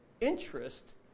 interest